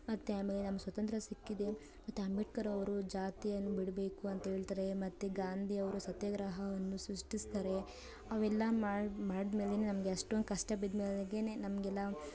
ಮತ್ತು ಆಮೇಲೆ ನಮ್ಗೆ ಸ್ವಾತಂತ್ರ್ಯ ಸಿಕ್ಕಿದೆ ಮತ್ತು ಅಂಬೇಡ್ಕರವರು ಜಾತಿಯನ್ನು ಬಿಡಬೇಕು ಅಂತ ಹೇಳ್ತಾರೆ ಮತ್ತು ಗಾಂಧಿಯವರು ಸತ್ಯಾಗ್ರಹವನ್ನು ಸೃಷ್ಟಿಸ್ತಾರೆ ಅವೆಲ್ಲ ಮಾಡಿ ಮಾಡ್ದ ಮೇಲೆನೇ ನಮಗೆ ಅಷ್ಟೊಂದು ಕಷ್ಟ ಬಿದ್ದ ಮೇಲೆನೆ ನಮಗೆಲ್ಲ